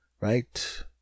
right